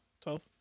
Twelve